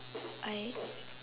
I